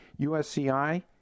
USCI